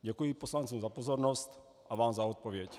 Děkuji poslancům za pozornost a vám za odpověď.